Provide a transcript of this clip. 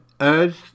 urged